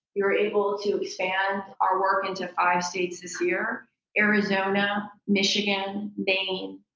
we were able to expand our work into five states this year arizona, michigan, maine,